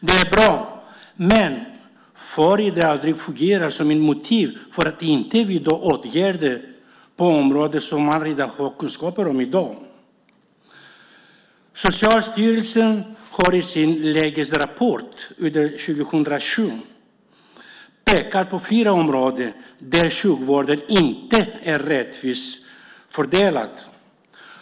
Det är bra, men det får inte fungera som ett motiv för att inte vidta åtgärder på områden som det redan finns kunskaper om i dag. Socialstyrelsen har i sin lägesrapport för 2007 pekat på fyra områden där sjukvården inte är rättvist fördelad.